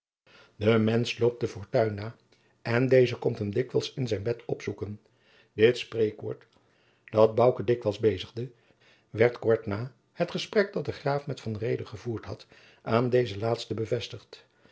de mensch loopt de fortuin na en deze komt hem dikwijls in zijn bed opzoeken dit spreekwoord dat bouke dikwijls bezigde werd kort na jacob van lennep de pleegzoon na het gesprek dat de graaf met van reede gevoerd had aan dezen laatsten bevestigd